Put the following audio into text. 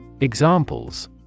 Examples